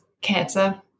cancer